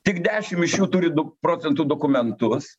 tik dešim iš jų turi procentų dokumentus